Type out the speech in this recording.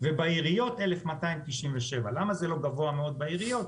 ובעיריות 1,297. למה זה לא גבוה מאוד בעיריות?